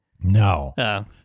No